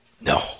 No